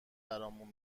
برامون